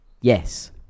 yes